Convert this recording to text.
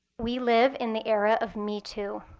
we live in the era of me too,